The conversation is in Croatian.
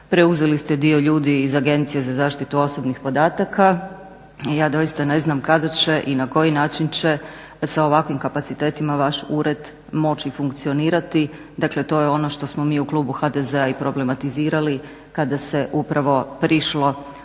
preuzeli ste dio ljudi iz Agencije za zaštitu osobnih podataka i ja doista ne znam kada će i na koji način će se ovakvim kapacitetima vaš ured moći funkcionirati. Dakle to je ono što smo mi u klubu HDZ-a i problematizirali kada se upravo prišlo